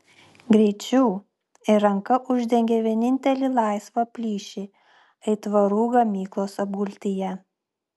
greičiau ir ranka uždengė vienintelį laisvą plyšį aitvarų gamyklos apgultyje